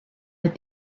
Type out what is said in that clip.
with